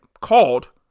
called